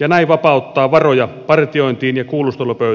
ja näin vapauttaa varoja partiointiin ja kuulustelupöy tien taakse